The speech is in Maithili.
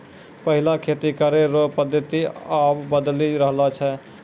पैहिला खेती करै रो पद्धति आब बदली रहलो छै